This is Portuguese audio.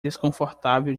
desconfortável